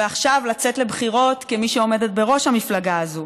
ועכשיו לצאת לבחירות כמי שעומדת בראש המפלגה הזאת,